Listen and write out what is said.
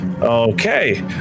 Okay